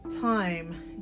time